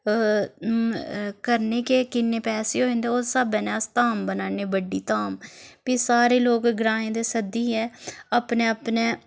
करने कि किन्ने पैसे होए न ते उस स्हाबै न अस धाम बनाने बड्डी धाम फ्ही सारे लोक ग्राएं दे सद्दियै अपने अपने